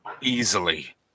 easily